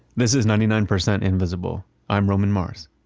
this is ninety nine percent invisible. i'm roman mars.